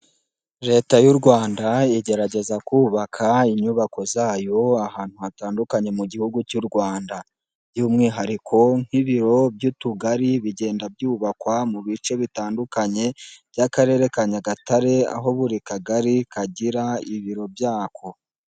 Leta y'u rwanda igerageza kubaka inyubako zayo ahantu hatandukanye mu gihugu cy'u Rwanda, by'umwihariko nk'ibiro by'utugari bigenda byubakwa mu bice bitandukanye by'akarere ka Nyagatare, aho buri kagari kagira ibiro byako.